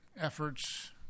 efforts